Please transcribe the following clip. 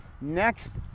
Next